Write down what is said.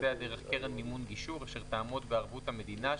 ותתבצע דרך קרן מימון גישור אשר תעמוד בערבות המדינה,